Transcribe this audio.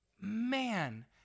Man